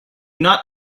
not